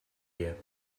you